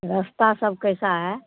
रास्ता सब कैसा है